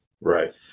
Right